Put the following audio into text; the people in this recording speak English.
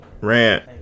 Rant